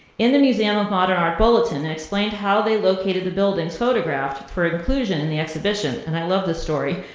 in the museum of modern art bulletin and explained how they located the buildings photographed for inclusion in the exhibition, and i love this story.